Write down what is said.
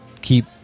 keep